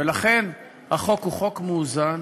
ולכן החוק הוא חוק מאוזן